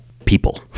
people